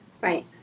Right